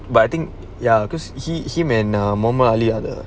but I think ya cause he him and a mohamad ali are the